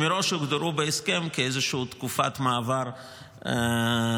שמראש הוגדרו בהסכם כאיזושהי תקופת מעבר זמנית.